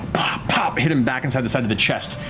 pop! hit him back inside the side of the chest.